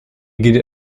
gilt